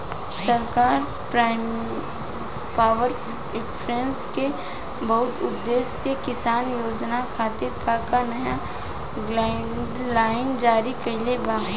सरकार पॉवरइन्फ्रा के बहुउद्देश्यीय किसान योजना खातिर का का नया गाइडलाइन जारी कइले बा?